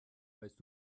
weißt